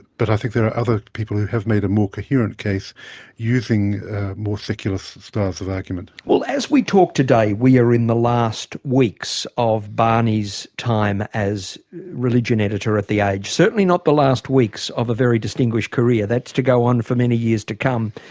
but i think there are other people who have made a more coherent case using more secular styles of argument. well, as we talk today, we are in the last weeks of barney's time as religion editor at the age certainly not the last weeks of a very distinguished career that's to go on for many years to come.